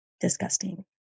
disgusting